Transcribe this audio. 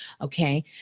Okay